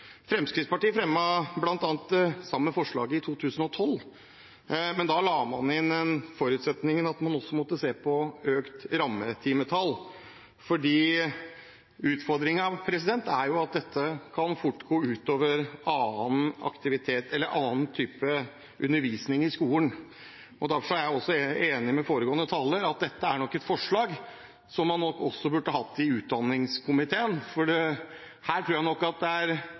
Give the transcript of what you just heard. Fremskrittspartiet fremmet bl.a. det samme forslaget i 2012, men da la man inn en forutsetning om at man også måtte se på økt rammetimetall, for utfordringen er at dette fort kan gå ut over annen aktivitet eller annen type undervisning i skolen. Derfor er jeg enig med foregående taler i at dette nok er et forslag som man også burde hatt i utdanningskomiteen, for her tror jeg det med folkehelseperspektivet har vært veldig viktig for komiteen. Det tror jeg alle er enige om, men det